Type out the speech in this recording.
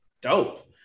dope